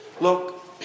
Look